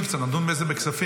נדון בזה בכספים,